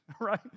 right